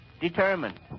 determined